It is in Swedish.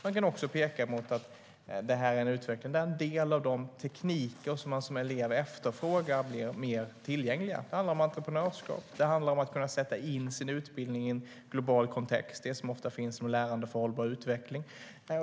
Man kan också peka på att detta är en utveckling där en del av de tekniker som man som elev efterfrågar blir mer tillgängliga. Det handlar om entreprenörskap. Det handlar om att kunna sätta in sin utbildning i en global kontext - det som ofta finns som lärande för hållbar utveckling.